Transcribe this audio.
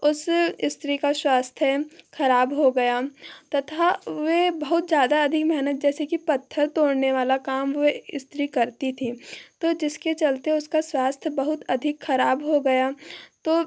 उस स्त्री का स्वास्थ्य खराब हो गया तथा वे बहुत ज़्यादा अधिक मेहनत जैसे कि पत्थर तोड़ने वाला काम वह स्त्री करती थी तो जिसके चलते उसका स्वास्थ्य बहुत अधिक खराब हो गया तो